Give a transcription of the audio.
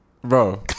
Bro